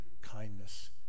kindness